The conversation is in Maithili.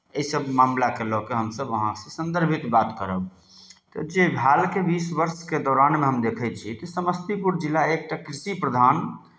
एहिसभ मामलाकेँ लऽ कऽ हमसभ अहाँसँ सन्दर्भित बात करब तऽ जे हालके बीस वर्षके दौरानमे हम देखै छी तऽ सामस्तीपुर जिला एकटा कृषि प्रधान